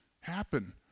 happen